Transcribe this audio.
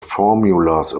formulas